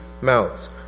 mouths